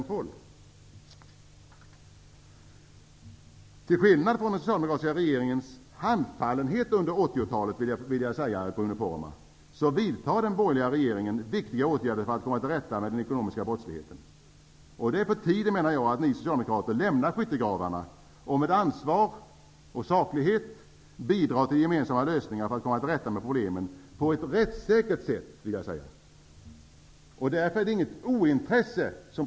Till skillnad från den socialdemokratiska regeringens handfallenhet under 80-talet, Bruno Poromaa, vidtar den borgerliga regeringen viktiga åtgärder för att komma till rätta med den ekonomiska brottsligheten. Det betyder att ni socialdemokrater måste lämna skyttegravarna för att med ansvar och saklighet bidra till gemensamma lösningar för att man på ett rättssäkert sätt skall komma till rätta med problemen.